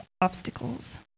obstacles